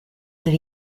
did